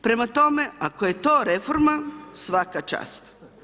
Prema tome, ako je to reforma, svaka čast.